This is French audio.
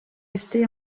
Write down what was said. restés